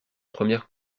première